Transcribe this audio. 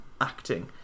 acting